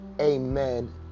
amen